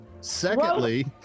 Secondly-